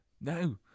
No